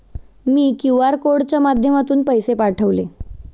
मी QR कोडच्या माध्यमातून पैसे पाठवले